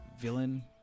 villain